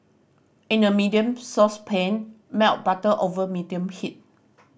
in a medium saucepan melt butter over medium heat